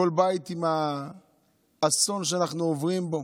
כל בית עם האסון שאנחנו עוברים בו.